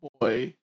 boy